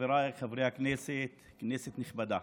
חבריי חברי הכנסת, כנסת נכבדה,